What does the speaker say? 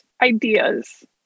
ideas